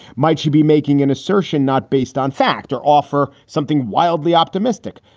might she be making an assertion not based on fact or offer something wildly optimistic?